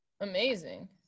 Amazing